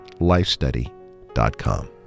lifestudy.com